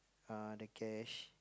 uh the cash